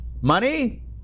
Money